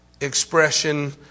expression